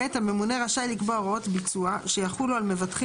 (ב) הממונה רשאי לקבוע הוראות ביצוע שיחולו על מבטחים